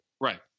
right